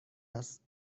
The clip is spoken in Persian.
است